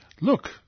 Look